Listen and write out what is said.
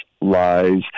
lies